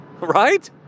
Right